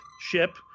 ship